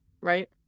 right